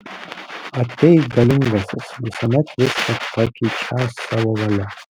ateik galingasis visuomet viską perkeičiąs savo valia